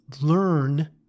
learn